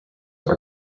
are